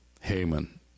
Haman